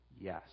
yes